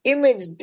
Image